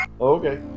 Okay